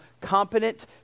competent